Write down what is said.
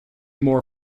more